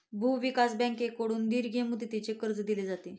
भूविकास बँकेकडून दीर्घ मुदतीचे कर्ज दिले जाते